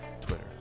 Twitter